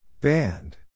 Band